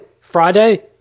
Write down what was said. Friday